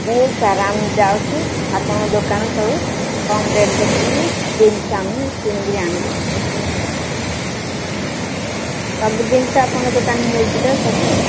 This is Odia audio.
ହଉ ସାର୍ ଆମେ ଯାଉଛୁ ଆପଣଙ୍କ ଦୋକାନ ସବୁ କମ୍ ରେଟ୍ ଦେଖିକିରି ଜିନିଷ ଆମେ କିଣିକିରି ଆଣିବୁ ସାର୍ ସବୁ ଜିନିଷ ଆପଣଙ୍କ ଦୋକାନରେ ମିଳୁଛି ତ ସବୁ